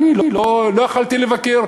אני לא יכולתי לבקר,